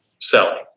selling